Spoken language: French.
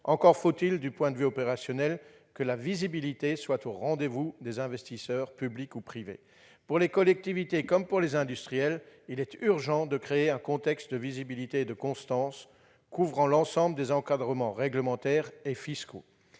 encore faut-il, du point de vue opérationnel, que la visibilité soit au rendez-vous des investisseurs, publics ou privés. Pour les collectivités territoriales comme pour les industriels, il est donc urgent de créer un contexte de visibilité et de constance, couvrant l'ensemble des encadrements réglementaires et fiscaux.